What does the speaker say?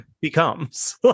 becomes